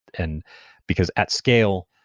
and because at scale,